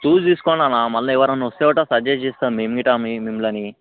చూసి తీసుకోవాలన్న మళ్ళీ ఎవరన్న వస్తే గిట్ల సజెస్ట్ చేస్తాం మేము గిట్ల మిమ్మల్ని